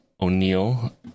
O'Neill